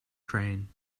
train